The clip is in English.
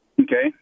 Okay